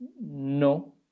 No